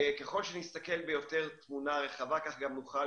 ככל שנסתכל בתמונה יותר רחבה כך גם נוכל,